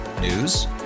News